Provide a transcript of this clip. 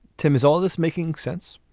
tim, is all of this making sense?